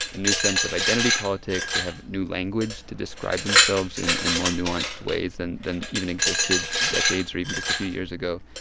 and new sense of identity politics. they have new language to describe themselves in in more nuanced ways than than even existed decades or even just a few years ago.